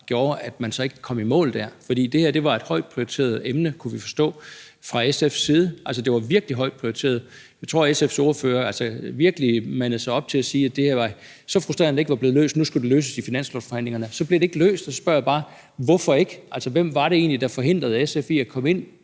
gjorde, at man så ikke kom i mål dér. For det her var et højt prioriteret emne, kunne vi forstå, fra SF's side, altså, det var virkelig højt prioriteret. Jeg tror, at SF's ordfører mandede sig op til at sige, at det var så frustrerende, at det ikke var blevet løst, og at nu skulle det løses i finanslovsforhandlingerne. Så blev det ikke løst, og så spørger jeg bare: Hvorfor ikke? Altså, hvem var det egentlig, der forhindrede SF i at komme